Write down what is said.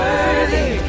Worthy